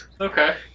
Okay